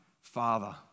Father